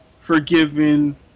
forgiven